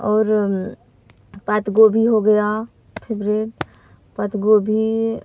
और पात गोभी हो गया फेवरेट पात गोभी